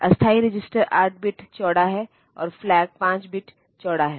अस्थायी register 8 bit चौड़ा है और फ्लैग 5 बिट चौड़ा है